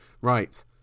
Right